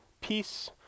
peace